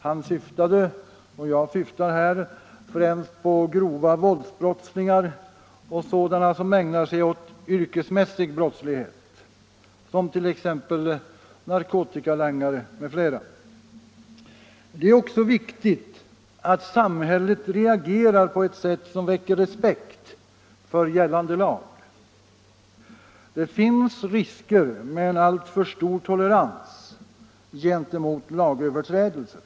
Han syftade och jag syftar här främst på grova våldsbrottslingar och sådana som ägnar sig åt yrkesmässig brottslighet, som t.ex. narkotikalangare. Det är också viktigt att samhället reagerar på ett sätt som väcker respekt för gällande lag. Det finns risker med en alltför stor tolerans gentemot lagöverträdelser.